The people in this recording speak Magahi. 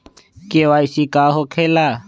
के.वाई.सी का हो के ला?